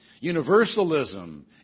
Universalism